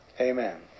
Amen